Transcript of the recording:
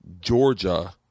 Georgia